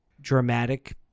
dramatic